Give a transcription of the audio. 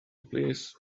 plîs